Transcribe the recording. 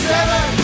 Seven